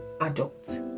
adult